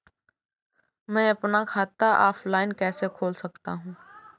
मैं अपना खाता ऑफलाइन कैसे खोल सकता हूँ?